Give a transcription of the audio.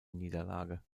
niederlage